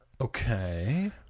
Okay